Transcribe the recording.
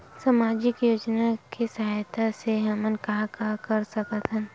सामजिक योजना के सहायता से हमन का का कर सकत हन?